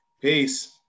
Peace